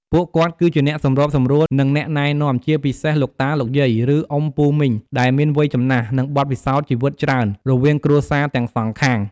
ពួកគាត់ គឹជាអ្នកសម្របសម្រួល និងអ្នកណែនាំ ជាពិសេសលោកតា លោកយាយ ឬអ៊ុំពូមីង ដែលមានវ័យចំណាស់ និងបទពិសោធន៍ជីវិតច្រើន រវាងគ្រួសារទាំងសងខាង។